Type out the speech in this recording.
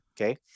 okay